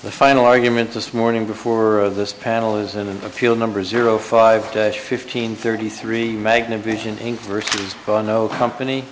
the final argument this morning before this panel is in an appeal number zero five fifteen thirty three magnum vision inc versus the no company